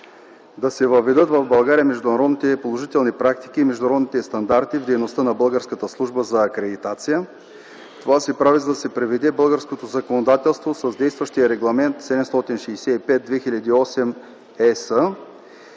да се въведат в България международните положителни практики и международните стандарти в дейността на Българската служба за акредитация. Това се прави, за да се приведе българското законодателство в съответствие с действащия Регламент 765/2008/ЕС